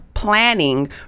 planning